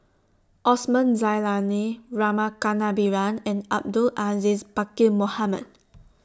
Osman Zailani Rama Kannabiran and Abdul Aziz Pakkeer Mohamed